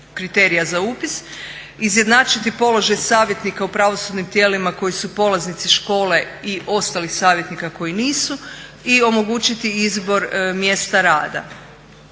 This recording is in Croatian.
kriterija za upis. Izjednačiti položaj savjetnika u pravosudnim tijelima koji su polaznici škole i ostalih savjetnika koji nisu i omogućiti izbor mjesta rada.